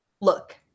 Look